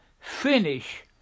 finish